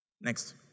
Next